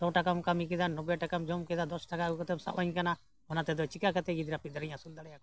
ᱥᱚ ᱴᱟᱠᱟᱢ ᱠᱟᱹᱢᱤ ᱠᱮᱫᱟ ᱱᱚᱵᱵᱳᱭ ᱴᱟᱠᱟᱢ ᱡᱚᱢ ᱠᱮᱫᱟ ᱫᱚᱥ ᱴᱟᱠᱟ ᱟᱹᱜᱩ ᱠᱟᱛᱮᱫ ᱥᱟᱵᱟᱹᱧ ᱠᱟᱱᱟ ᱚᱱᱟ ᱛᱮᱫᱚ ᱪᱤᱠᱟᱹ ᱠᱟᱛᱮᱫ ᱜᱤᱫᱽᱨᱟᱹ ᱯᱤᱫᱽᱨᱟᱹᱧ ᱟᱹᱥᱩᱞ ᱫᱟᱲᱮᱭᱟ ᱠᱟᱱᱟ